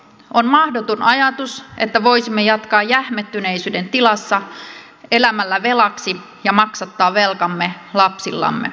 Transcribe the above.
on mahdoton ajatus että voisimme jatkaa jähmettyneisyyden tilassa elämällä velaksi ja maksattaa velkamme lapsillamme